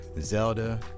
Zelda